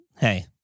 hey